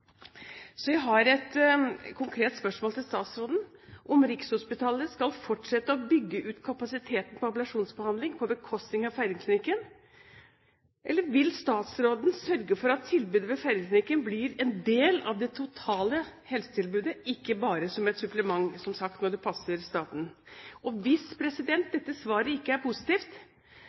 Så jeg har et konkret spørsmål til statsråden: Skal Rikshospitalet fortsette å bygge ut kapasiteten for ablasjonsbehandling på bekostning av Feiringklinikken? Eller vil statsråden sørge for at tilbudet ved Feiringklinikken blir en del av det totale helsetilbudet og ikke bare som et supplement, som sagt, når det passer staten? Hvis dette svaret ikke er positivt,